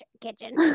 kitchen